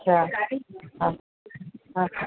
अच्छा हा हा